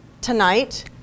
tonight